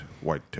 white